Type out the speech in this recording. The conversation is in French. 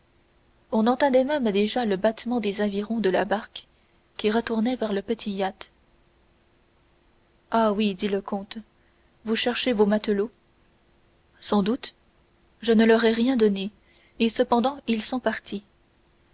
on entendait même déjà le battement des avirons de la barque qui retournait vers le petit yacht ah oui dit le comte vous cherchez vos matelots sans doute je ne leur ai rien donné et cependant ils sont partis